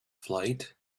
flight